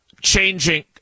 changing